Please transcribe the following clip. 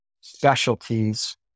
specialties